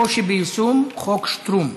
הקושי ביישום חוק שטרום.